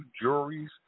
juries